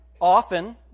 Often